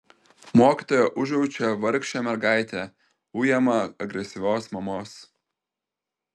mokytoja užjaučia vargšę mergaitę ujamą agresyvios mamos